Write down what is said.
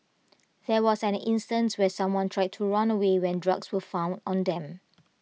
there was an instance where someone tried to run away when drugs were found on them